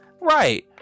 Right